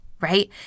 right